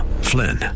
Flynn